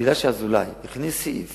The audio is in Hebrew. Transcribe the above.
שמכיוון שאזולאי הכניס סעיף